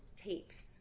tapes